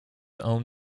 own